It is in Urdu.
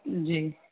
جی